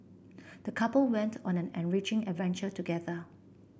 the couple went on an enriching adventure together